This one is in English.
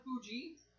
Fuji